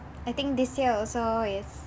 I think this year also is